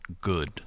good